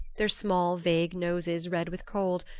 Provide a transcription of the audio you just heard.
their small vague noses red with cold,